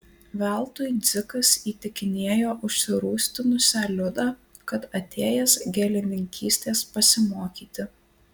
veltui dzikas įtikinėjo užsirūstinusią liudą kad atėjęs gėlininkystės pasimokyti